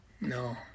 No